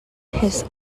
his